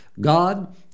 God